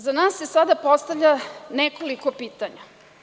Za nas se sada postavlja nekoliko pitanja.